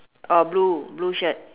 uh blue blue shirt